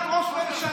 עוד מעט ראש ממשלה.